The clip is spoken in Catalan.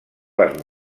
les